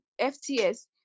FTS